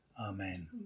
Amen